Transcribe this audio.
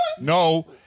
No